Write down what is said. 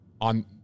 on